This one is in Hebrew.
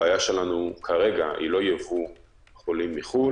הבעיה שלנו כרגע היא לא ייבוא חולים מחו"ל,